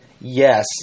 yes